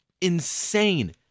insane